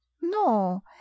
no